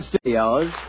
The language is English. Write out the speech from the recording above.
studios